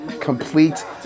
complete